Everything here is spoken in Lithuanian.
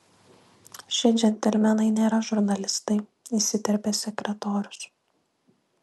šie džentelmenai nėra žurnalistai įsiterpė sekretorius